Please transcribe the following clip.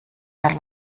der